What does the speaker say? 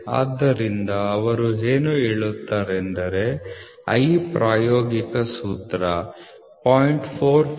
ಆದ್ದರಿಂದ ಅವರು ಏನು ಹೇಳುತ್ತಾರೆಂದರೆ i ಪ್ರಾಯೋಗಿಕ ಸೂತ್ರ 0